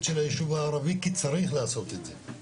של היישוב הערבי כי צריך לעשות את זה.